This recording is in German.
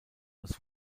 als